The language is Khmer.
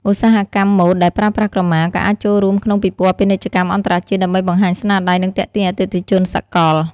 ឧស្សាហកម្មម៉ូដដែលប្រើប្រាស់ក្រមា ក៏អាចចូលរួមក្នុងពិព័រណ៍ពាណិជ្ជកម្មអន្តរជាតិ ដើម្បីបង្ហាញស្នាដៃ និងទាក់ទាញអតិថិជនសកល។